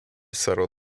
settle